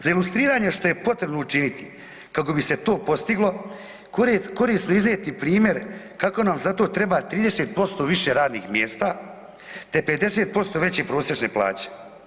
Za ilustriranje što je potrebno učiniti kako bi se to postiglo korisno je iznijeti primjer kako nam za to treba 30% više radnih mjesta te 50% veće prosječne plaće.